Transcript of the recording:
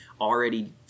already